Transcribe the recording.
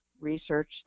research